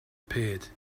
appeared